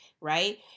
right